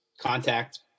contact